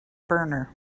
burner